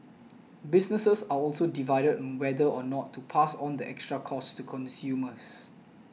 businesses are also divided on whether or not to pass on the extra costs to consumers